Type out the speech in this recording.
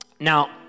Now